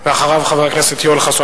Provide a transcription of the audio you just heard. אחריו, חבר הכנסת יואל חסון.